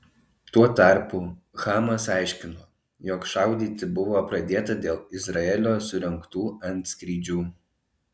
tuo tarpu hamas aiškino jog šaudyti buvo pradėta dėl izraelio surengtų antskrydžių